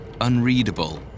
unreadable